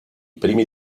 primi